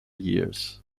years